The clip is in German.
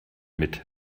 mit